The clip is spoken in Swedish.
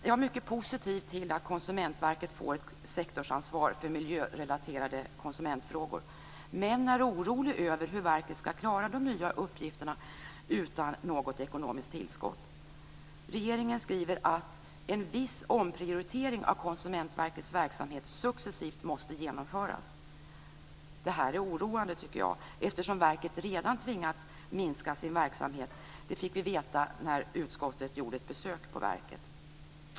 Jag är mycket positiv till att Konsumentverket får ett sektorsansvar för miljörelaterade konsumentfrågor, men jag är orolig över hur verket skall klara de nya uppgifterna utan något ekonomiskt tillskott. Regeringen skriver att "en viss omprioritering av Konsumentverkets verksamhet successivt måste genomföras". Detta är oroande, eftersom verket redan har tvingats att minska sin verksamhet. Det fick vi veta vid lagutskottets besök på Konsumentverket.